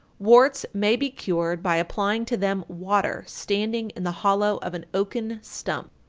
warts may be cured by applying to them water standing in the hollow of an oaken stump.